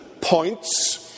points